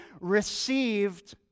received